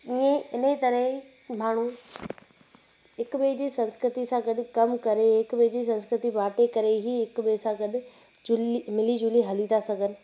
त इएं इन तरह माण्हू हिक ॿिए जी संस्कृति सां गॾु कमु करे हिक ॿिए जी संस्कृति बांटे करे ई हिके ॿिए सां गॾु जुली मिली जुली हली था सघनि